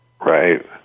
Right